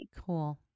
Cool